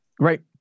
Right